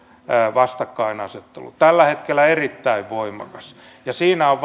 vastakkainasettelu tällä hetkellä erittäin voimakas ja siinä ovat